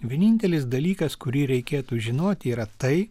vienintelis dalykas kurį reikėtų žinoti yra tai